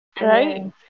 Right